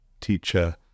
teacher